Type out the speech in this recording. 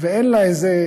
ואין לה איזה